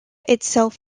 itself